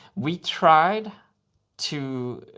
we tried to.